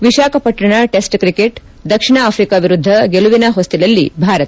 Visakhapatnam test cricket ದಕ್ಷಿಣ Africa ವಿರುದ್ದ ಗೆಲುವಿನ ಹೊಸ್ತಿಲಲ್ಲಿ ಭಾರತ